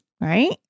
Right